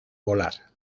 volar